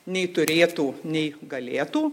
nei turėtų nei galėtų